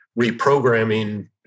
reprogramming